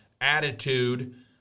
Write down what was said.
attitude